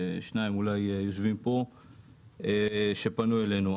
שניים יושבים פה שפנו אלינו.